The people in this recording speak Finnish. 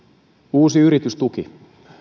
uusi yritystuki